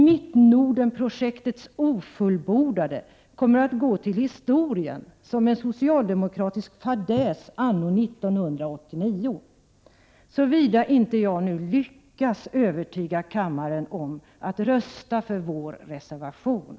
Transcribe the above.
”Mittnordenprojektets ofullbordade” kommer att gå till historien som en socialdemokratisk fadäs anno 1989 — såvida jag inte lyckas övertyga kammarens ledamöter om att det bästa är att rösta för vår reservation.